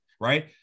right